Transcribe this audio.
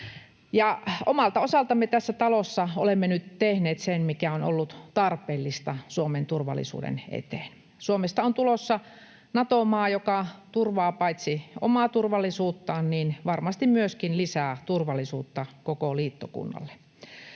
Omalta osaltamme tässä talossa olemme nyt tehneet sen, mikä on ollut tarpeellista Suomen turvallisuuden eteen. Suomesta on tulossa Nato-maa, joka paitsi turvaa omaa turvallisuuttaan varmasti myöskin lisää turvallisuutta koko liittokunnalle.